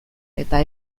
eta